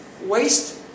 Waste